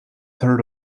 third